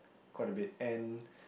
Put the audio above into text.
quite a bit and